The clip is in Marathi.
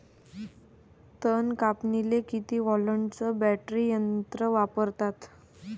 तन कापनीले किती व्होल्टचं बॅटरी यंत्र वापरतात?